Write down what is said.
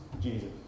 Jesus